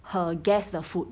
her guest 的 food